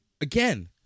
Again